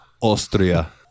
Austria